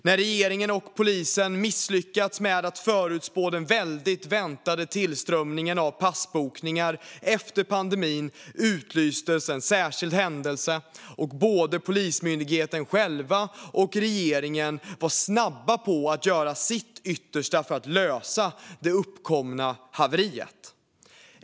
När regeringen och polisen misslyckats med att förutspå den väldigt väntade tillströmningen av passbokningar efter pandemin utlystes en särskild händelse, och både Polismyndigheten själv och regeringen var snabba med att göra sitt yttersta för att lösa det uppkomna haveriet.